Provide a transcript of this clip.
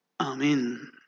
Amen